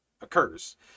occurs